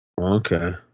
Okay